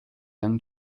young